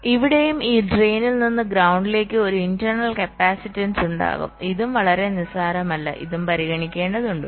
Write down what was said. അതിനാൽ ഇവിടെയും ഈ ഡ്രെയിനിൽ നിന്ന് ഗ്രൌണ്ടിലേക് ഒരു ഇന്റെര്ണല് കപ്പാസിറ്റൻസ് ഉണ്ടാകും ഇതും വളരെ നിസ്സാരമല്ല ഇതും പരിഗണിക്കേണ്ടതുണ്ട്